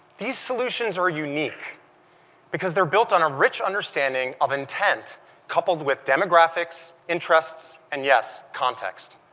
these solutions are unique because they're built on a rich understanding of intent coupled with demographics, interests, and, yes, context.